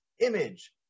image